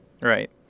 Right